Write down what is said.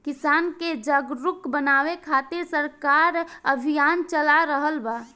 किसान के जागरुक बानवे खातिर सरकार अभियान चला रहल बा